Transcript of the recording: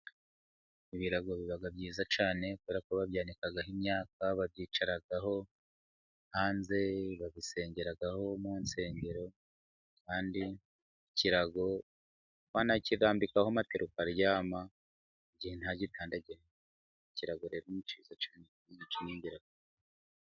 Ibirago biba byiza cyane kubera ko babyaniikaho imyaka, babyicaraho hanze, babisengeraho mu nsengero kandi ikirago wanakirambikaho matera ukaryama igihe ntagikandagiye ikirago rero umucitse ...